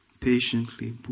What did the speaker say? patiently